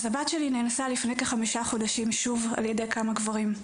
אז הבת שלי נאנסה לפני כחמישה חודשים שוב על ידי כמה גברים.